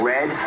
Red